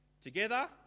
Together